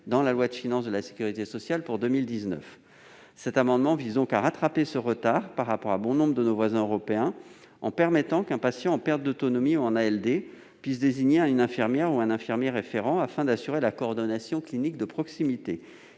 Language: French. dans la loi de financement de la sécurité sociale pour 2019. Cet amendement vise à rattraper le retard que nous avons pris par rapport à bon nombre de nos voisins européens, en permettant qu'un patient en perte d'autonomie ou en affection de longue durée, en ALD, puisse désigner une infirmière ou un infirmier référent, afin d'assurer la coordination clinique de proximité.